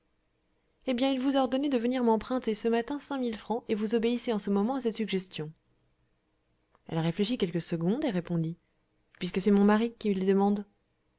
eh bien il vous a ordonné de venir m'emprunter ce matin cinq mille francs et vous obéissez en ce moment à cette suggestion elle réfléchit quelques secondes et répondit puisque c'est mon mari qui les demande